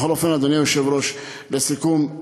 בכל אופן, אדוני היושב-ראש, לסיכום: